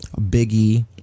biggie